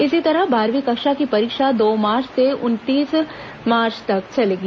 इसी तरह बारहवीं कक्षा की परीक्षा दो मार्च से उनतीस मार्च तक ली जाएगी